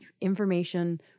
information